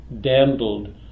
dandled